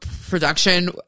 production